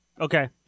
Okay